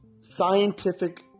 scientific